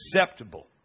Acceptable